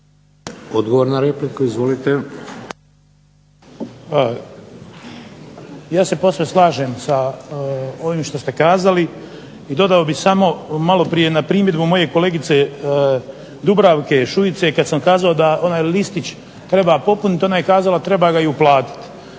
Odgovor na repliku. Izvolite. **Bagarić, Ivan (HDZ)** Ja se posve slažem sa ovim što ste kazali, i dodao bih samo maloprije na primjedbu moje kolegice Dubravke Šuice, kad sam kazao da onaj listić treba popuniti, ona je kazala treba ga i uplatiti.